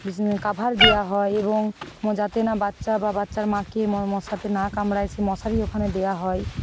বিছানার কভার দেওয়া হয় এবং যাতে না বাচ্চা বা বাচ্চার মাকে ম মশাতে না কামড়ায় সেই মশারি ওখানে দেওয়া হয়